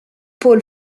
paul